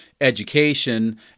education